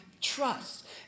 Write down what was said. trust